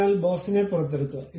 അതിനാൽ ബോസിനെ പുറത്തെടുക്കുക